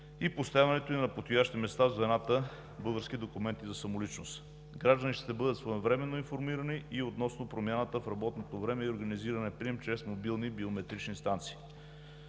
и поставянето на подходящи места в звената „Български документи за самоличност“. Гражданите ще бъдат своевременно информирани и относно промяната в работното време и организирания прием чрез мобилни биометрични станции.